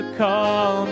call